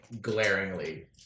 glaringly